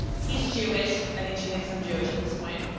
he's jewish, i think she thinks i'm jewish at this point,